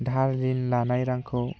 दाहार रिन लानाय रांखौ